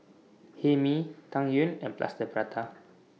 Hae Mee Tang Yuen and Plaster Prata